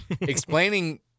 Explaining